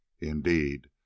indeed